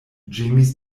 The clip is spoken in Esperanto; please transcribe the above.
ĝemis